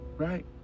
Right